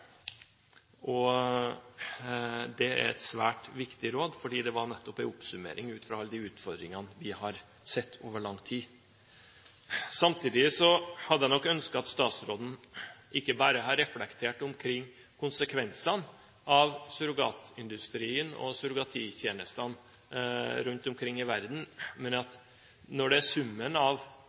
Det er et svært viktig råd, fordi det nettopp er en oppsummering ut fra alle de utfordringene vi har sett over lang tid. Samtidig hadde jeg nok ønsket at statsråden ikke bare hadde reflektert omkring konsekvensene av surrogatindustrien og surrogattjenestene rundt omkring i verden. Når det er en internasjonal utfordring, er det nettopp summen av